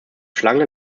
schlange